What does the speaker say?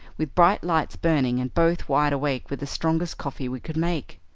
with bright lights burning, and both wide awake with the strongest coffee we could make.